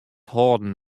hâlden